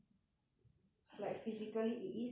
like physically it is tiring to drive